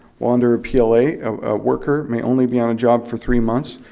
while under a pla, a a worker may only be on a job for three months,